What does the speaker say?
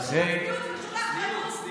זה לא קשור לצניעות,